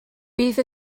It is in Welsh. bydd